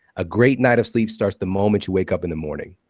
a great night of sleep starts the moment you wake up in the morning.